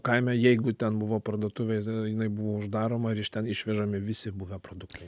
kaime jeigu ten buvo parduotuvė jinai buvo uždaroma ir iš ten išvežami visi buvę produktai